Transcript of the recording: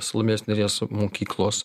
salomėjos nėries mokyklos